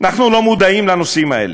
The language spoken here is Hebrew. ואנחנו לא מודעים לנושאים האלה: